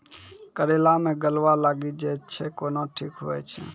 करेला मे गलवा लागी जे छ कैनो ठीक हुई छै?